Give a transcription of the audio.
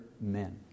men